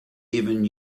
even